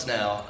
now